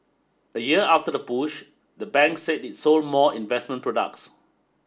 a year after the push the bank said it sold more investment products